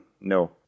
No